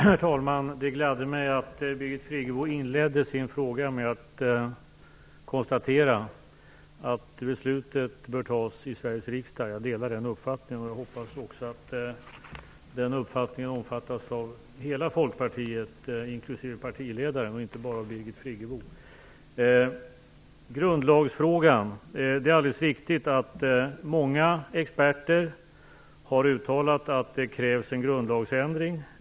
Herr talman! Det gladde mig att Birgit Friggebo inledde sin fråga med att konstatera att beslutet bör tas i Sveriges riksdag. Jag delar den uppfattningen. Jag hoppas att den uppfattningen omfattas av hela Folkpartiet inklusive partiledaren, och inte bara av Birgit Det är alldeles riktigt att många experter har uttalat att det krävs en grundlagsändring.